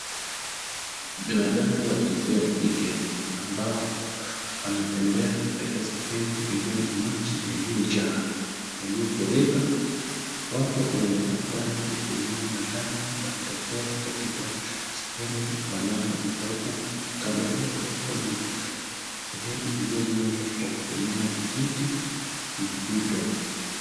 Binadamu wa jinsia ya kike ambao wanatembea katika sehemu iliyo na maji yaliyojaa yaliyofurika, wapo wanaelekea upande ulio na lango la kutokea katika sehemu wanayoitoka . Kando yao wapo na sehemu iliyojengwa kwa kutumia vijiti na fito.